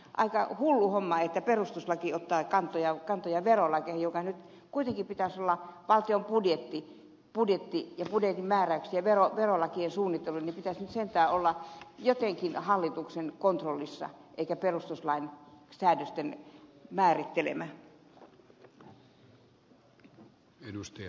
mielestäni on aika hullu homma että perustuslakivaliokunta ottaa kantoja verolakeihin kun kuitenkin valtion budjetin ja budjetin määräyksien ja verolakien suunnittelun pitäisi sentään olla jotenkin hallituksen kontrollissa eikä perustuslain säädösten määrittelemää